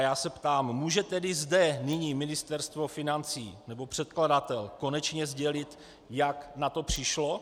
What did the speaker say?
Já se ptám: může tedy zde nyní Ministerstvo financí nebo předkladatel konečně sdělit, jak na to přišlo?